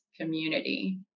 community